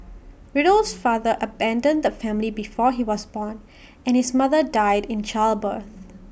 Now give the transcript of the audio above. Riddle's father abandoned the family before he was born and his mother died in childbirth